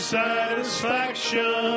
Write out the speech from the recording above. satisfaction